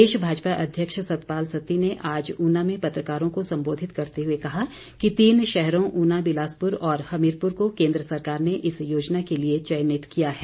प्रदेश भाजपा अध्यक्ष सतपाल सत्ती ने आज ऊना में पत्रकारों को संबोधित करते हुए कहा कि तीन शहरों ऊना बिलासपुर और हमीरपुर को केन्द्र सरकार ने इस योजना के लिए चयनित किया है